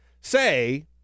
say